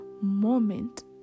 moment